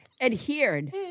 adhered